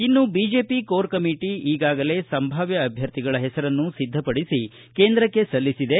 ಇನ್ನು BJP core committee ಈಗಾಗಲೇ ಸಂಭಾವ್ಯ ಅಭ್ಯರ್ಥಿಗಳ ಹೆಸರನ್ನು ಸಿದ್ದಪಡಿಸಿ ಕೇಂದ್ರಕ್ಕೆ ಸಲ್ಲಿಸಿದೆ